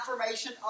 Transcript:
affirmation